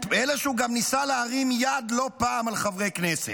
אלא שהוא גם ניסה להרים יד לא פעם על חברי כנסת,